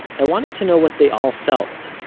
i wanted to know what they all felt,